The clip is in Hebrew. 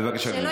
בבקשה, גברתי.